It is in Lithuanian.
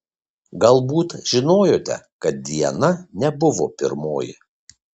galbūt žinojote kad diana nebuvo pirmoji